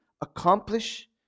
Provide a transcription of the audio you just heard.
accomplish